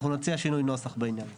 אנחנו נציע שינוי נוסח בעניין הזה.